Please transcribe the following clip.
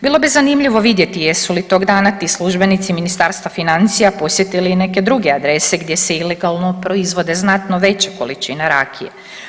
Bilo bi zanimljivo vidjeti jesu li toga dana ti službenici Ministarstva financija posjetili i neke druge adrese gdje se ilegalno proizvode znatno veće količine rakije.